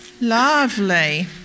Lovely